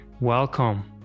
Welcome